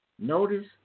Notice